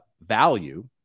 value